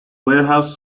warehouse